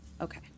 Okay